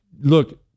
Look